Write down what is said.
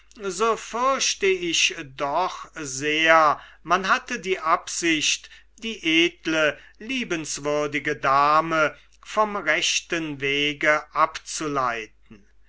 so fürchte ich doch sehr man hatte die absicht die edle liebenswürdige dame vom rechten wege abzuleiten